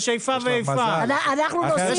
אני רוצה